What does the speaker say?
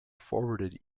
forwarded